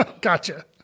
Gotcha